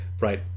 Right